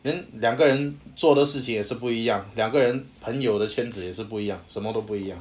then 两个人做的事情也是不一样两个人朋友的圈子也是不一样什么都不一样